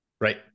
right